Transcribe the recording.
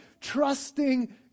trusting